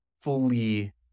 fully